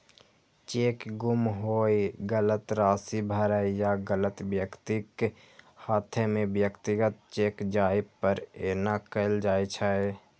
cheque गुम होय, गलत राशि भरै या गलत व्यक्तिक हाथे मे व्यक्तिगत चेक जाय पर एना कैल जाइ छै